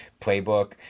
playbook